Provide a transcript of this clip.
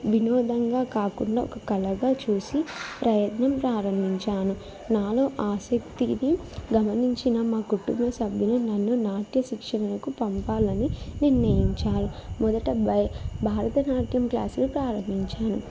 వినోదంగా కాకుండా ఒక కళగా చూసి ప్రయత్నం ప్రారంభించాను నాలో ఆసక్తిని గమనించిన మా కుటుంబ సభ్యులు నన్ను నాట్య శిక్షణలకు పంపాలని నిర్ణయించారు మొదట భ భరతనాట్యం క్లాసులు ప్రారంభించాను